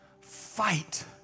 fight